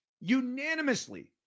Unanimously